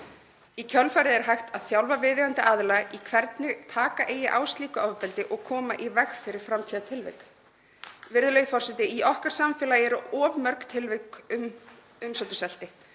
Í kjölfarið er hægt að þjálfa viðeigandi aðila í hvernig taka skuli á slíku ofbeldi og koma í veg fyrir framtíðartilvik. Virðulegur forseti. Í okkar samfélagi eru of mörg tilvik um umsáturseinelti,